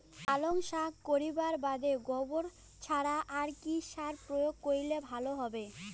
পালং শাক করিবার বাদে গোবর ছাড়া আর কি সার প্রয়োগ করিলে ভালো হবে?